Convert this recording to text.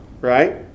right